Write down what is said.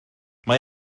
mae